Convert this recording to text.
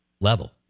level